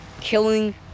killing